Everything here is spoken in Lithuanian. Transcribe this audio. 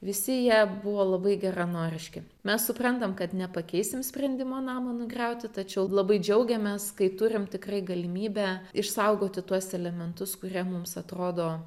visi jie buvo labai geranoriški mes suprantam kad nepakeisim sprendimo namą nugriauti tačiau labai džiaugiamės kai turim tikrai galimybę išsaugoti tuos elementus kurie mums atrodo